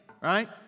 right